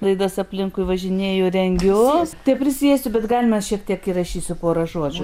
laidas aplinkui važinėju rengiutai prisėsiu bet galima šiek tiek įrašysiu porą žodžių